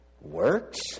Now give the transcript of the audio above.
works